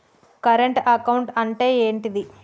Current account అంటే ఏంటిది?